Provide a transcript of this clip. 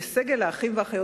לסגל האחים והאחיות,